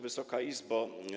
Wysoka Izbo!